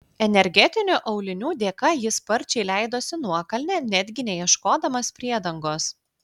energetinių aulinių dėka jis sparčiai leidosi nuokalne netgi neieškodamas priedangos